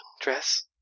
dress